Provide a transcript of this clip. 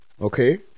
Okay